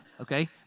Okay